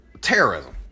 terrorism